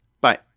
Bye